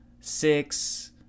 six